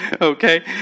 Okay